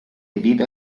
vive